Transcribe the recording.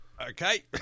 Okay